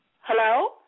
Hello